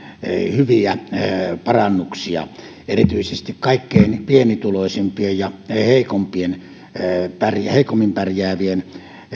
hyviä parannuksia erityisesti kaikkein pienituloisimpien ja heikoimmin pärjäävien